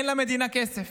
אין למדינה כסף.